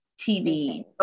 tv